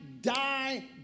die